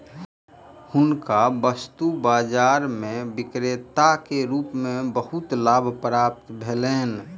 हुनका वस्तु बाजार में विक्रेता के रूप में बहुत लाभ प्राप्त भेलैन